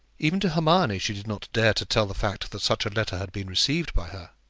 even to hermione she did not dare to tell the fact that such a letter had been received by her.